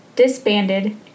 disbanded